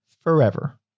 forever